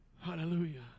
Hallelujah